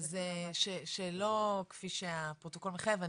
אז שלא כפי שהפרוטוקול מחייב,